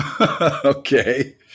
Okay